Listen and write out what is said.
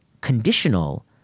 conditional